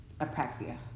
apraxia